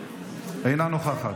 אינה נוכחת,